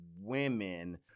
women